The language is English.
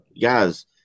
guys